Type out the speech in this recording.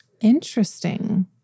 interesting